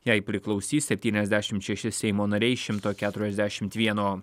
jai priklausys septyniasdešimt šeši seimo nariai iš šimto keturiasdešimt vieno